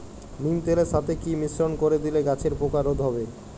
নিম তেলের সাথে কি মিশ্রণ করে দিলে গাছের পোকা রোধ হবে?